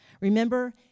remember